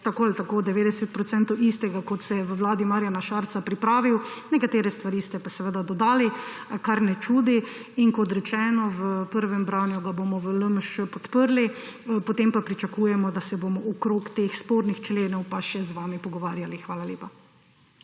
tako ali tako 90 procentov istega, kot se je v vladi Marjana Šarca pripravilo. Nekatere stvari ste pa seveda dodali, kar ne čudi. In kot rečeno, v prvem branju ga bomo v LMŠ podprli, potem pa pričakujemo, da se bomo okrog teh spornih členov pa še z vami pogovarjali. Hvala lepa.